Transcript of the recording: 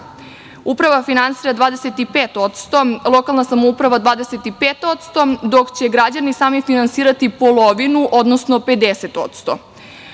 Uprava finansira 25%, lokalna samouprava 25%, dok će građani sami finansirati polovinu, odnosno